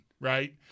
Right